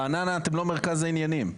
רעננה אתם לא מרכז העניינים,